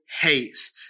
hates